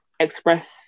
express